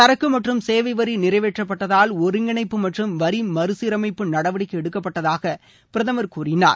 சரக்கு மற்றும் சேவைவரி நிறைவேற்றப்பட்டதால் ஒருங்கிணைப்பு மற்றம் வரி மறுசீரமைப்பு நடவடிக்கை எடுக்கப்பட்டதாக பிரதமர் கூறினார்